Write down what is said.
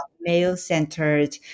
male-centered